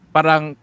Parang